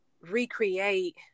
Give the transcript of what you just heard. recreate